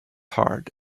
heart